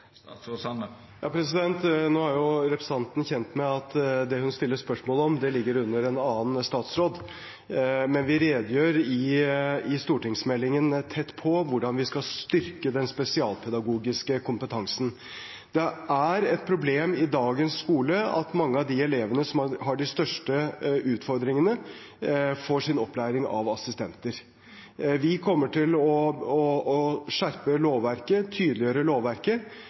Nå er jo representanten kjent med at det hun stiller spørsmål om, ligger under en annen statsråd. Men vi redegjør i stortingsmeldingen Tett på for hvordan vi skal styrke den spesialpedagogiske kompetansen. Det er et problem i dagens skole at mange av de elevene som har de største utfordringene, får sin opplæring av assistenter. Vi kommer til å skjerpe lovverket, tydeliggjøre lovverket,